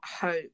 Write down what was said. HOPE